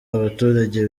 abaturage